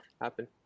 happen